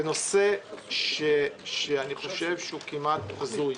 זה נושא כמעט הזוי.